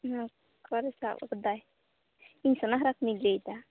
ᱚᱠᱟᱨᱮ ᱥᱟᱵ ᱟᱠᱟᱫᱟᱭ ᱤᱧ ᱥᱳᱱᱟᱦᱟᱨᱟ ᱠᱷᱚᱱᱤᱧ ᱞᱟᱹᱭᱮᱫᱟ